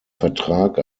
vertrag